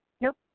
Nope